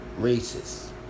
racists